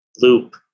loop